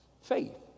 Faith